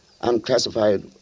unclassified